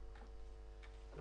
אני לא רוצה לחזור על דברים שרועי